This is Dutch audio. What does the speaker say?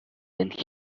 mijn